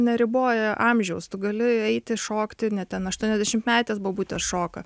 neriboja amžiaus tu gali eiti šokti ne ten aštuoniasdešimtmetės bobutės šoka